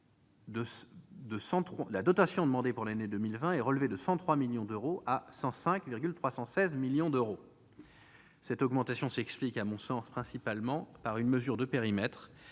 la dotation demandée pour l'année 2020 passe de 103 millions à 105,316 millions d'euros. Cette augmentation s'explique principalement par une mesure de périmètre